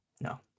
No